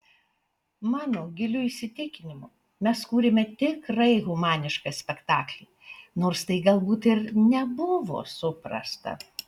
mano giliu įsitikinimu mes kūrėme tikrai humanišką spektaklį nors tai galbūt ir nebuvo suprasta